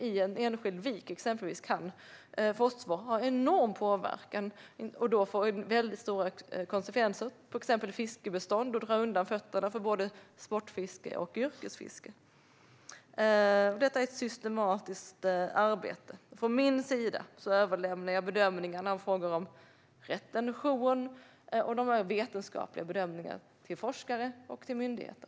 I exempelvis en enskild vik kan fosfor ha enorm påverkan och få stora konsekvenser för till exempel fiskbestånd och dra undan fötterna för både sportfiske och yrkesfiske. Detta är ett systematiskt arbete. Jag överlämnar bedömningar av retention och de vetenskapliga bedömningarna till forskare och myndigheter.